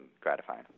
gratifying